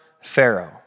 Pharaoh